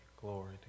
Glory